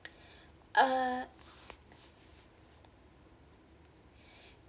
uh